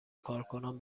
کارکنان